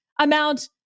amount